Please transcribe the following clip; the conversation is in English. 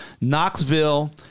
Knoxville